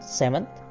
seventh